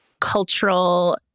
cultural